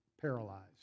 paralyzed